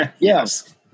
Yes